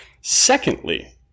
Secondly